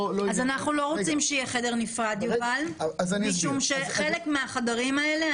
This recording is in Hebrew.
אנחנו לא רוצים שיהיה חדר נפרד משום שחלק מהחדרים האלה,